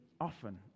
often